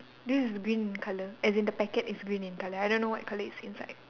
this is green in colour as in the packet is green in colour I don't know what colour is inside